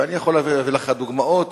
ואני יכול להביא לך דוגמאות,